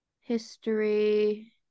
history